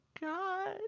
God